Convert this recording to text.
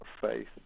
faith